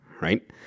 right